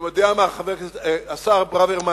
השר ברוורמן,